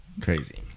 Crazy